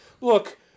look